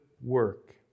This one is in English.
work